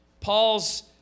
Paul's